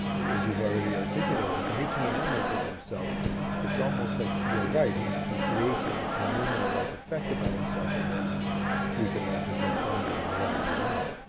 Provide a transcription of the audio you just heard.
as you already articulated. he's making an image of himself that's almost like you're right he he creates a ah numina-like effect about himself, and then we can all project onto him whatever we want.